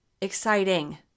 exciting